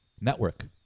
network